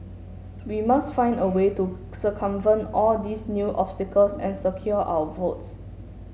we must find a way to circumvent all these new obstacles and secure our votes